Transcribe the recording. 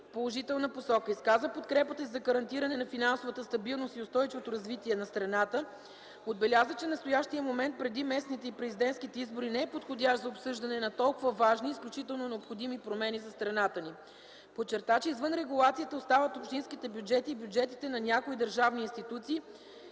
положителна насока. Изказа подкрепата си за гарантиране на финансовата стабилност и устойчивото развитие на страната. Отбеляза че, настоящият момент, преди местните и президентските избори не е подходящ за обсъждане на толкова важни и изключително необходими промени за страната ни. Подчерта, че извън регулацията остават общинските бюджети и бюджетите на някои държавни институции,